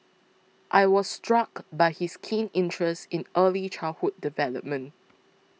I was struck by his keen interest in early childhood development